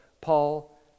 Paul